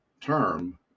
term